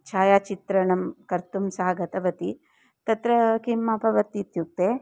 छायाचित्रणं कर्तुं सा गतवती तत्र किम् अभवत् इत्युक्ते